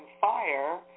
fire